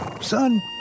Son